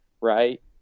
right